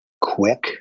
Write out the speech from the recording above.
quick